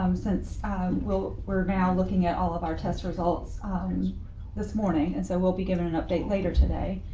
um since will, we're now looking at all of our test results this morning, and so we'll be getting an update later today